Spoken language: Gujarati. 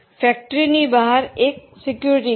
ફેક્ટરીની બહાર એક પેહરેદાર